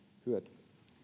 hyöty